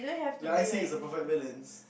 like I say is a perfect balance